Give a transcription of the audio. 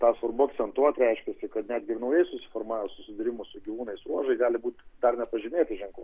tą svarbu akcentuot reiškiasi kad netgi ir naujai susiformavus susidūrimo su gyvūnais ruožai gali būt dar nepažymėti ženklais